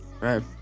right